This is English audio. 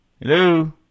hello